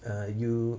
uh you